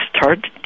start